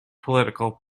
political